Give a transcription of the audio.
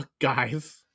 guys